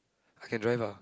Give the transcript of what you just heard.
I can drive ah